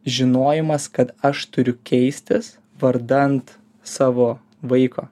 žinojimas kad aš turiu keistis vardant savo vaiko